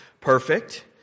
perfect